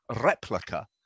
replica